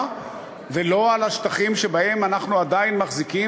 ולא על השטחים שבהם אנחנו עדיין מחזיקים,